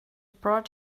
brought